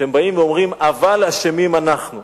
שהם אומרים: אבל אשמים אנחנו.